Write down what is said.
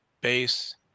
base